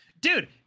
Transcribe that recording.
Dude